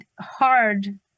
hard